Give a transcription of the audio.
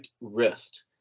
wrist